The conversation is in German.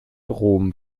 rom